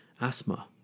asthma